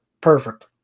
Perfect